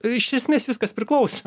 ir iš esmės viskas priklausė